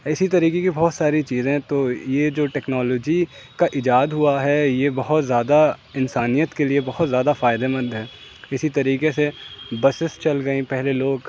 اسی طریقے کی بہت ساری چیزیں تو یہ جو ٹیکنالوجی کا ایجاد ہوا ہے یہ بہت زیادہ انسانیت کے لیے بہت زیادہ فائدہ مند ہے اسی طریقے سے بسس چل گئیں پہلے لوگ